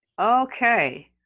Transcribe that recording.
Okay